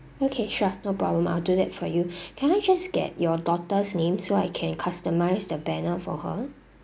okay sure no problem I will do that for you can I just get your daughter's name so I can customise the banner for her